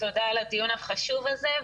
תודה על הדיון החשוב הזה.